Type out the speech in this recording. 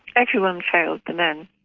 everyone failed the men,